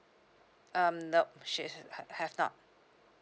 um nope she is~ ha~ have not